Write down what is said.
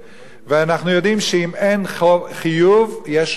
ואנחנו יודעים שאם אין חיוב יש שלילה,